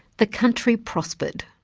the country prospered.